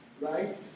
right